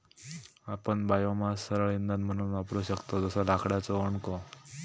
आपण बायोमास सरळ इंधन म्हणून वापरू शकतव जसो लाकडाचो ओंडको